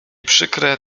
przykre